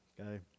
Okay